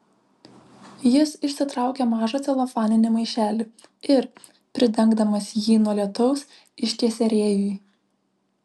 jis išsitraukė mažą celofaninį maišelį ir pridengdamas jį nuo lietaus ištiesė rėjui